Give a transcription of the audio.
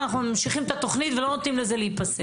אנחנו ממשיכים את התכנית ולא נותנים לה להיפסק"?